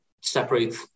separate